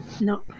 No